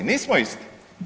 Nismo isti.